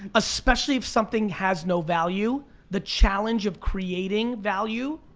especially if something has no value the challenge of creating value?